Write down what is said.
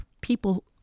people